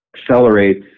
accelerates